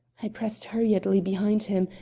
i pressed hurriedly behind him,